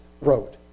wrote